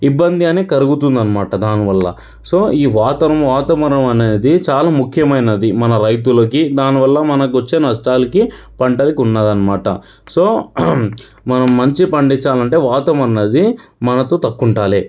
ఇబ్బంది అని కలుగుతుందన్నమాట దానివల్ల సో ఈ వాతవరణం వాతావరణం అనేది చాలా ముఖ్యమైనది మన రైతులకి దానివల్ల మనకి వచ్చే నష్టాలకి పంటలకి ఉన్నది అన్నమాట సో మనం మంచిగా పండించాలి అంటే వాతం అన్నది మనతో తగ్గట్టు ఉండాలి